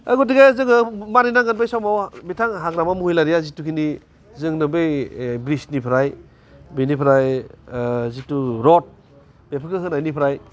गथिखे जोङो मानिनांगोन बै समाव बिथां हाग्रामा महिलारिआ जिथुखिनि जोंनो बै ब्रिजनिफ्राय बेनिफ्राय जिथु रड बेफोरखौ होनायनिफ्राय